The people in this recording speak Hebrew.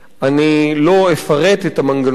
אני לא אפרט את המנגנון הזה,